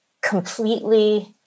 completely